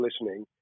listening